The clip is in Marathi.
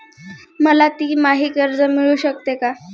मला तिमाही कर्ज मिळू शकते का?